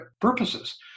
purposes